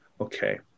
okay